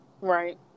Right